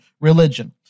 religion